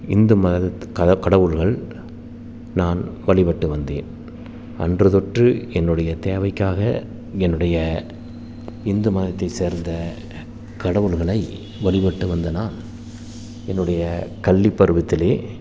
இந்து மதக் க கடவுள்கள் நான் வழிப்பட்டு வந்தேன் அன்றுத்தொற்று என்னுடைய தேவைக்காக என்னுடைய இந்து மதத்தைச் சேர்ந்த கடவுள்களை வழிப்பட்டு வந்த நான் என்னுடைய கல்விப்பருவத்திலே